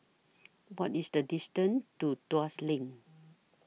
What IS The distance to Tuas LINK